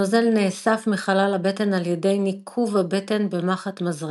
הנוזל נאסף מחלל הבטן על ידי ניקוב הבטן במחט מזרק.